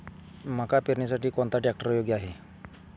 मका पेरणीसाठी कोणता ट्रॅक्टर योग्य आहे?